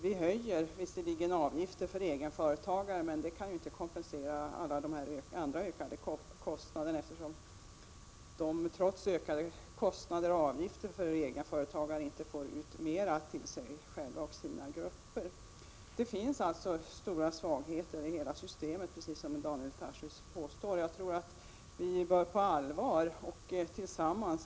Vi höjer visserligen avgifterna för egenföretagare, men detta kan inte kompensera de andra ökande kostnaderna, eftersom egenföretagarna trots ökade kostnader inte får ut mer till sig själva och sina grupper. Det finns alltså stora svagheter i hela systemet, precis som Daniel Tarschys påpekar.